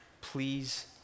please